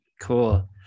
cool